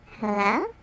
hello